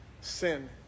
sin